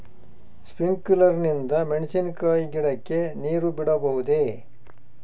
Sprinkler ನಿಂದ ಮೆಣಸಿನಕಾಯಿ ಗಿಡಕ್ಕೆ ನೇರು ಬಿಡಬಹುದೆ?